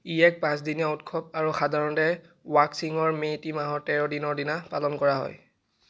ই এক পাঁচদিনীয়া উৎসৱ আৰু সাধাৰণতে ৱাকচিঙৰ মেইটেই মাহৰ তেৰ দিনৰ দিনা পালন কৰা হয়